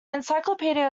encyclopedia